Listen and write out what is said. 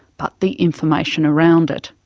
but the information around it.